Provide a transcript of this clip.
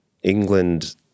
England